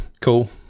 Cool